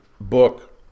book